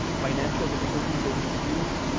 financial difficulties ensued,